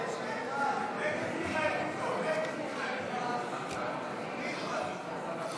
הסתייגות 8 לא נתקבלה.